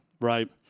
right